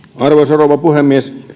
rouva puhemies